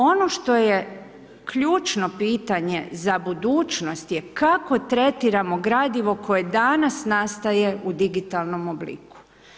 Ono što je ključno pitanje za budućnost je kako tretiramo gradivo koje danas nastaje u digitalnom obliku.